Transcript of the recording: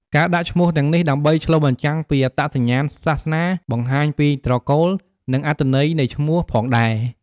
ការដាក់ឈ្មោះទាំងនេះដើម្បីឆ្លុះបញ្ចាំងពីអត្តសញ្ញាណសាសនា បង្ហាញពីត្រកូល និងអត្ថន័យនៃឈ្មោះផងដែរ។